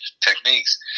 techniques